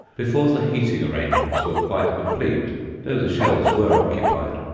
before the heating arrangements were quite complete though the shelves were occupied,